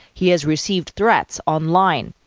he has received threats online.